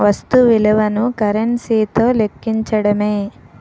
వస్తు విలువను కరెన్సీ తో లెక్కించడమే